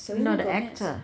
no the actor